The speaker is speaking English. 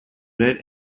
red